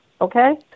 okay